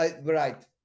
Right